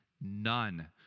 None